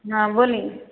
हँ बोलीँ